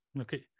Okay